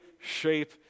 shape